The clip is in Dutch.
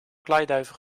kleiduiven